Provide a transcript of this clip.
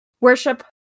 worship